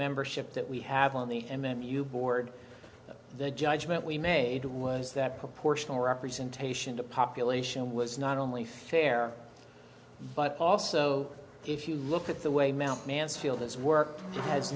membership that we have on the m m u board the judgement we made was that proportional representation to population was not only fair but also if you look at the way mt mansfield has work